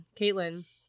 caitlin